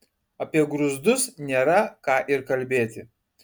apie grūzdus nėra ką ir kalbėti